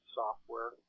software